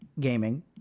gaming